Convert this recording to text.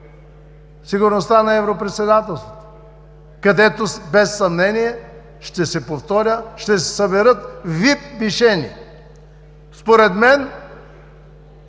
сигурността на европредседателството, където без съмнение – ще се повторя – ще се съберат вид мишени? Според мен